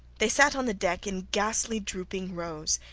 they sat on the deck in ghastly, drooping rows,